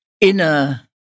inner